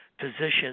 physicians